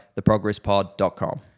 theprogresspod.com